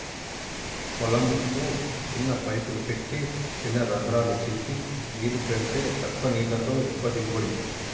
పొలం కు చిన్న పైపులు పెట్టి చిన రంద్రాలు చేసి నీళ్లు పెడితే తక్కువ నీళ్లతో ఎక్కువ దిగుబడి